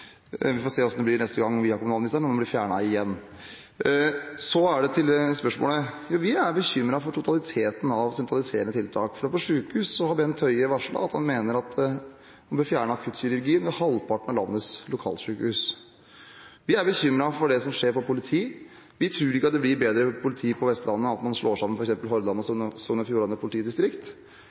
Vi får se hvordan det blir neste gang vi har kommunalministeren, om den blir fjernet igjen. Så til spørsmålet: Vi er bekymret for totaliteten av sentraliserende tiltak. På sykehus har Bent Høie varslet at han mener at man bør fjerne akuttkirurgien ved halvparten av landets lokalsykehus. Vi er bekymret for det som skjer på politi. Vi tror ikke det blir bedre politi på Vestlandet av at man slår sammen f.eks. Hordaland og